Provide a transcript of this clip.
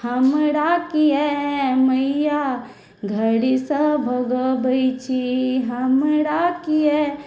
हमरा किया मेया घरसँ भगबै छी हमरा किया